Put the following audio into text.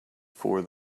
for